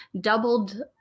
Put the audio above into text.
doubled